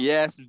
Yes